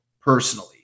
personally